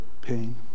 pain